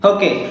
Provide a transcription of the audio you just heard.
Okay